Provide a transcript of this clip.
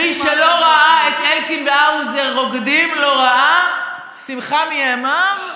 מי שלא ראה את אלקין והאוזר רוקדים לא ראה שמחה מימיו.